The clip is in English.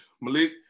Malik